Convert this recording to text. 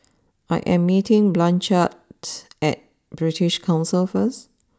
I am meeting Blanchard at British Council first